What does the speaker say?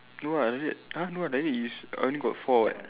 no ah like that ha no like this is only got four what